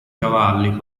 cavalli